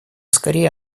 скорее